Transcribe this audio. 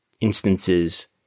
instances